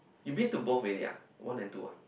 you've been to both already ah one and two ah